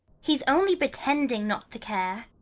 he's only pretending not to care.